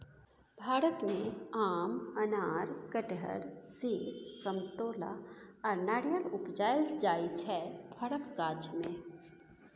भारत मे आम, अनार, कटहर, सेब, समतोला आ नारियर उपजाएल जाइ छै फरक गाछ मे